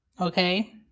Okay